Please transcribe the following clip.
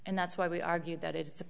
and that's why we argue that it's a